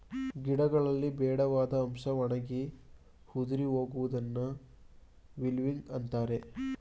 ಗಿಡಗಳಲ್ಲಿ ಬೇಡವಾದ ಅಂಶ ಒಣಗಿ ಉದುರಿ ಹೋಗುವುದನ್ನು ವಿಲ್ಟಿಂಗ್ ಅಂತರೆ